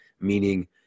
meaning